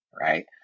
right